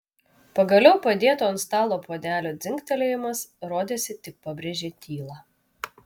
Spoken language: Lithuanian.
pagaliau padėto ant stalo puodelio dzingtelėjimas rodėsi tik pabrėžė tylą